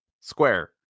Square